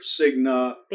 Cigna